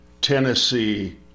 Tennessee